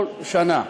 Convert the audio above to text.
כל שנה.